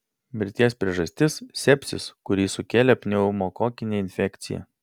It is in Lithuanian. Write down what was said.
mirties priežastis sepsis kurį sukėlė pneumokokinė infekcija